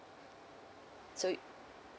so